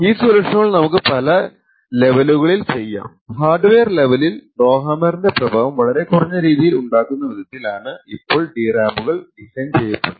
ഈ സൊല്യൂഷനുകൾ നമുക്ക് പല ലെവലുകളിൽ ചെയ്യാം ഹാർഡ്വെയർ ലെവലിൽ റൊഹാമ്മറിൻറെ പ്രഭാവം വളരെ കുറഞ്ഞ രീതിയിൽ ഉണ്ടാകുന്ന വിധത്തിൽ ആണ് ഇപ്പോൾ DRAM കൾ ഡിസൈൻ ചെയ്യപ്പെടുന്നത്